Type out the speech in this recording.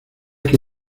que